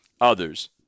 others